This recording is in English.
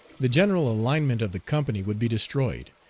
the general alignment of the company would be destroyed.